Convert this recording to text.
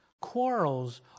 quarrels